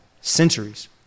centuries